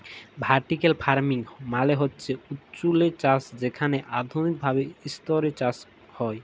vertical farming মালে হছে উঁচুল্লে চাষ যেখালে আধুলিক ভাবে ইসতরে চাষ হ্যয়